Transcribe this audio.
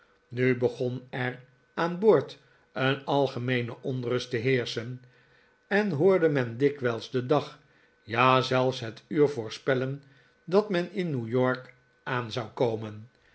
nu begon er aan boord een algemeene onrust te heerschen en hoorde men dikwijls den dag ja zelfs het uur voorspellen dat men in new-york aan zou komen